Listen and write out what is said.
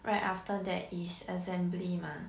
right after that is assembly mah